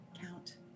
count